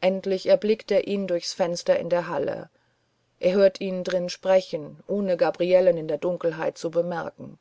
endlich erblickt er ihn durchs fenster in der halle er hört ihn drin sprechen ohne gabrielen in der dunkelheit zu bemerken